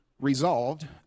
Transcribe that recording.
resolved